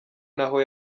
naho